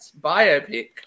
biopic